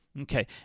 Okay